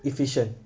efficient